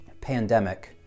pandemic